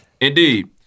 Indeed